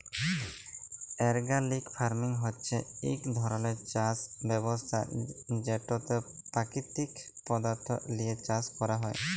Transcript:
organic farming হছে ইক ধরলের চাষ ব্যবস্থা যেটতে পাকিতিক পদাথ্থ লিঁয়ে চাষ ক্যরা হ্যয়